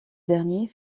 dernier